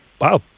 Wow